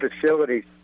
facilities